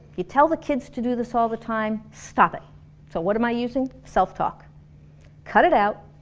you tell the kids to do this all the time, stop it so what am i using? self talk cut it out,